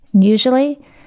usually